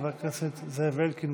חבר הכנסת זאב אלקין,